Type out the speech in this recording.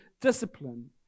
discipline